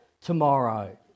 tomorrow